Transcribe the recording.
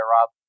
Rob